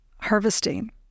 harvesting